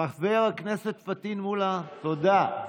חבר הכנסת פטין מולא, תודה.